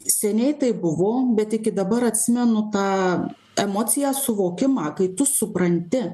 seniai tai buvau bet iki dabar atsimenu tą emociją suvokimą kai tu supranti